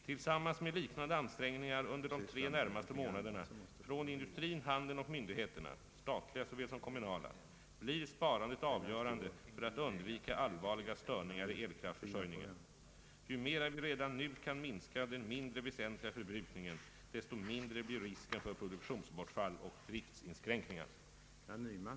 Tillsammans med liknande ansträngningar under de tre närmaste månaderna från industrin, handeln och myndigheterna — statliga såväl som kommunala — blir sparandet avgörande för att undvika allvarliga störningar i elkraftförsörjningen. Ju mera vi re dan nu kan minska den mindre väsentliga förbrukningen desto mindre blir risken för produktionsbortfall och driftinskränkningar.